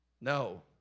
No